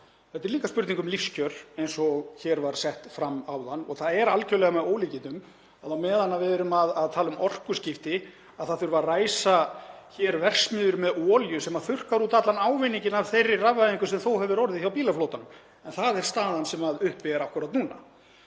þetta er líka spurning um lífskjör eins og hér var sett fram áðan. Það er algerlega með ólíkindum að á meðan við erum að tala um orkuskipti þá þurfi að ræsa hér verksmiðjur með olíu sem þurrkar út allan ávinninginn af þeirri rafvæðingu sem þó hefur orðið í bílaflotanum. En það er staðan sem uppi er akkúrat núna